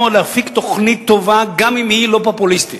להפיק תוכנית טובה גם אם היא לא פופוליסטית,